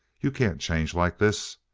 you can't change like this.